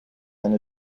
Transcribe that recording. than